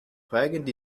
prägend